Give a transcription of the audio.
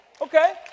Okay